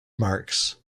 marks